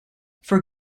for